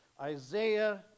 Isaiah